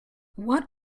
what